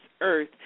earth